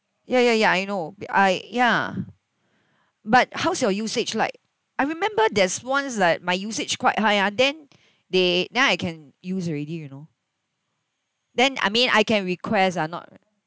ya ya ya I know I ya but how's your usage like I remember there's once like my usage quite high ah then they then I can use already you know then I mean I can request ah not